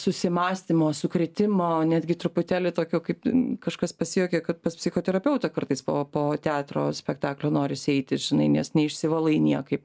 susimąstymo sukrėtimo netgi truputėlį tokio kaip kažkas pasijuokė kad pas psichoterapeutą kartais po po teatro spektaklio norisi eiti žinai nes neišsivalai niekaip